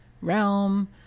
realm